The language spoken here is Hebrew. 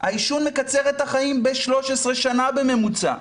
העישור מקצר את החיים ב-13 שנה בממוצע.